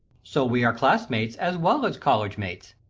so we are classmates as well as collegemates.